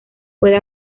puede